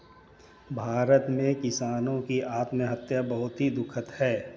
भारत में किसानों की आत्महत्या बहुत ही दुखद है